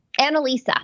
annalisa